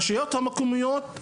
ברשויות המקומיות,